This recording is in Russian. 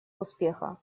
успеха